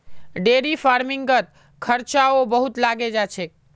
dairy फ़ार्मिंगत खर्चाओ बहुत लागे जा छेक